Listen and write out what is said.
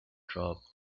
drop